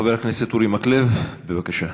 חבר הכנסת אורי מקלב, בבקשה.